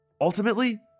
Ultimately